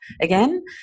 again